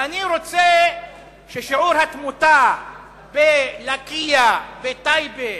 ואני רוצה ששיעור התמותה בלקיה, בטייבה